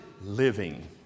living